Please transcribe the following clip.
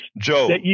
Joe